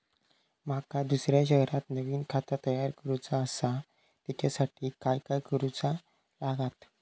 माका दुसऱ्या शहरात नवीन खाता तयार करूचा असा त्याच्यासाठी काय काय करू चा लागात?